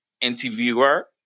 Interviewer